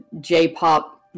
J-pop